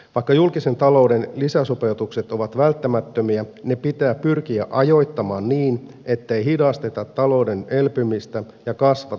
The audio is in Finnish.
vaikka julkisen talouden lisäsopeutukset ovat välttämättömiä ne pitää pyrkiä ajoittamaan niin ettei hidasteta talouden elpymistä ja kasvateta työttömyyttä